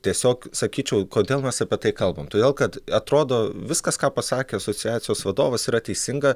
tiesiog sakyčiau kodėl mes apie tai kalbam todėl kad atrodo viskas ką pasakė asociacijos vadovas yra teisinga